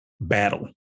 battle